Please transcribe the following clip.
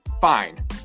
Fine